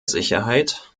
sicherheit